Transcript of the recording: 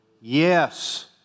Yes